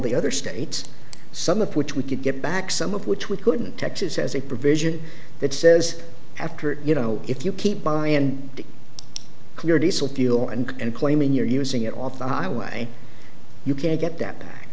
the other states some of which we could get back some of which we couldn't texas as a provision that says after you know if you keep buying and clear diesel fuel and claiming you're using it off the highway you can't get that